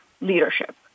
leadership